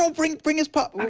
ah bring bring his pup.